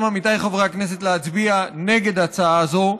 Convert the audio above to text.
להצביע נגד ההצעה הזאת,